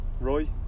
Roy